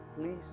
Please